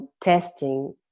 testing